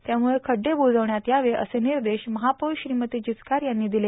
त्यामुळं खड्डे ब्रजविण्यात यावे असे निर्देश महापौर श्रीमती जिचकार यांनी दिले